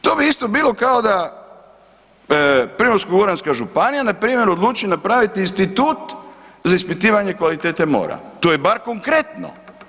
To bi isto bilo kao da Primorsko-goranska županija npr. odluči napraviti institut za ispitivanje kvalitete mora, to je bar konkretno.